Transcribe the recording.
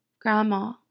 grandma